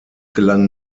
gelang